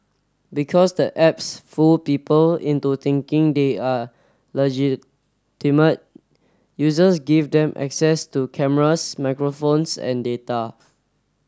because the apps fool people into thinking they are legitimate users give them access to cameras microphones and data